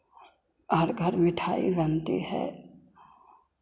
हर घर मिठाई बनती है